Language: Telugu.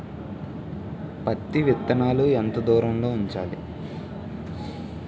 పత్తి విత్తనాలు ఎంత దూరంలో ఉంచాలి?